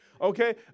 Okay